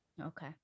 Okay